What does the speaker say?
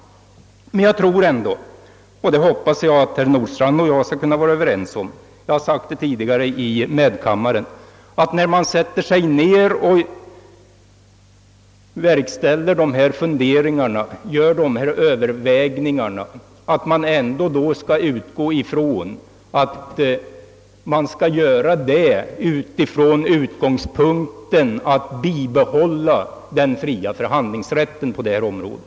Jag tror emellertid — och jag hoppas att herr Nordstrandh och jag kan vara överens om detta, som jag för övrigt tidigare framhållit i medkammaren — att man vid dessa överläggningar bör räkna med att utgångspunkten skall vara att bibehålla den fria förhandlingsrätten på området.